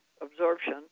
absorption